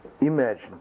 Imagine